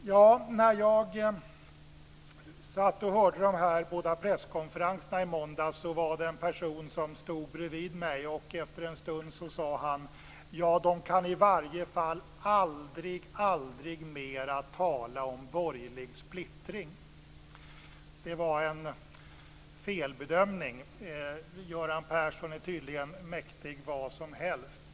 När jag satt och lyssnade på de båda presskonferenserna i måndags var det en person som stod bredvid mig. Efter en stund sade han. Ja, de kan i varje fall aldrig, aldrig mer tala om borgerlig splittring. Det var en felbedömning. Göran Persson är tydligen mäktig vad som helst.